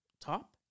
Top